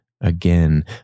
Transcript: Again